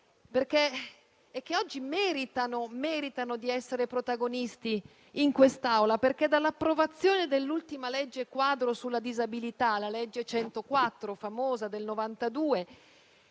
e che oggi meritano di essere protagoniste in quest'Aula. Dall'approvazione dell'ultima legge quadro sulla disabilità - la famosa legge